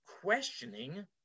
questioning